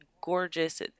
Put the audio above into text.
gorgeous